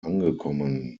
angekommen